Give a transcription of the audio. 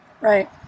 Right